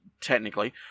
technically